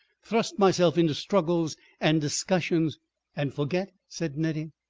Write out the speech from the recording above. thrust myself into struggles and discussions and forget? said nettie.